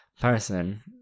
person